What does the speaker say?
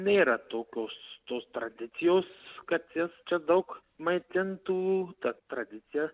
nėra tokios tos tradicijos kad jas čia daug maitintų ta tradicija